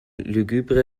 lugubre